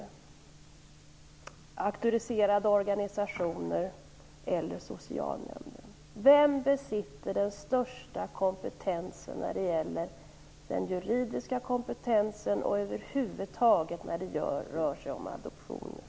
Är det auktoriserade organisationer eller socialnämnden? Vem besitter den största kompetensen när det gäller den juridiska kunskapen och över huvud taget när det rör sig om adoptioner?